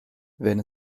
wenn